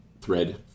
thread